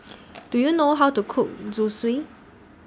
Do YOU know How to Cook Zosui